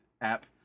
app